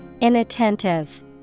Inattentive